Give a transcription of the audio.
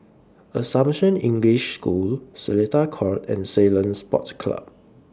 Assumption English School Seletar Court and Ceylon Sports Club